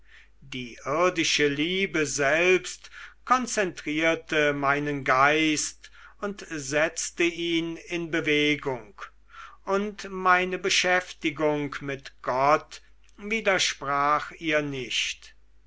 die irdische liebe selbst konzentrierte meinen geist und setzte ihn in bewegung und meine beschäftigung mit gott widersprach ihr nicht